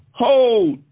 hold